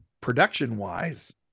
production-wise